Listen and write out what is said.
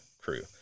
crew